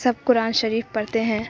سب قرآن شریف پڑھتے ہیں